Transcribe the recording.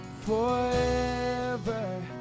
forever